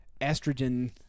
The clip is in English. estrogen—